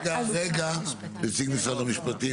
נציג משרד המפשטים.